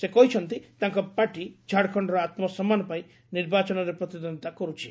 ସେ କହିଛନ୍ତି ତାଙ୍କ ପାର୍ଟି ଝାଡ଼ଖଣ୍ଡର ଆତ୍କସମ୍ମାନ ପାଇଁ ନିର୍ବାଚନରେ ପ୍ରତିଦ୍ୱନ୍ଦ୍ୱିତା କର୍ଛି